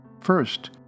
first